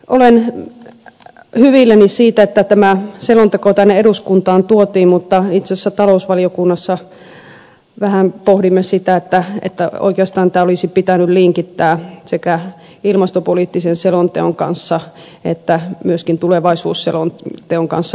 olen hyvilläni siitä että tämä selonteko tänne eduskuntaan tuotiin mutta itse asiassa talousvaliokunnassa vähän pohdimme sitä että oikeastaan tämä olisi pitänyt linkittää sekä ilmastopoliittisen selonteon että myöskin tulevaisuusselonteon kanssa yhteen